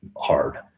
hard